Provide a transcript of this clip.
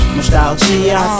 Nostalgia